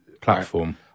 platform